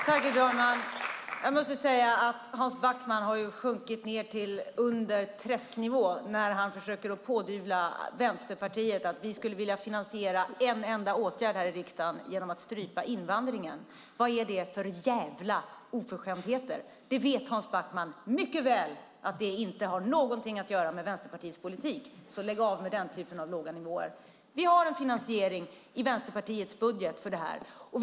Herr talman! Jag måste säga att Hans Backman har sjunkit ned under träsknivå när han försöker pådyvla Vänsterpartiet att vi skulle vilja finansiera en enda åtgärd här i riksdagen genom att strypa invandringen. Vad är det för djävla oförskämdheter? Hans Backman vet mycket väl att det inte har någonting att göra med Vänsterpartiets politik. Lägg av med den typen av låga nivåer! Vi har en finansiering i Vänsterpartiets budget för detta.